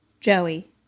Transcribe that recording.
Joey